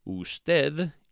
Usted